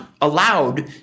allowed